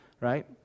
right